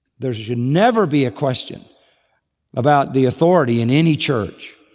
there should never be a question about the authority in any church.